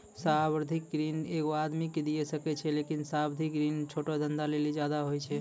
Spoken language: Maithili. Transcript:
सावधिक ऋण एगो आदमी के दिये सकै छै लेकिन सावधिक ऋण छोटो धंधा लेली ज्यादे होय छै